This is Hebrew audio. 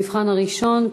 המבחן הראשון,